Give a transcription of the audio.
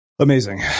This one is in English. Amazing